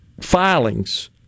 filings